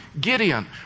Gideon